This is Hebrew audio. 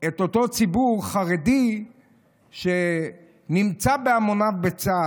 את אותו ציבור חרדי נמצא בהמוניו בצה"ל,